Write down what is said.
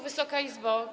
Wysoka Izbo!